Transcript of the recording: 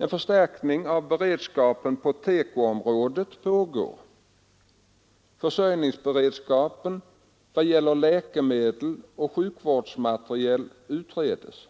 En förstärkning av beredskapen på TEKO-området pågår. Försörjningsberedskapen vad gäller läkemedel och sjukvårdsmateriel utreds.